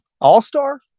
All-star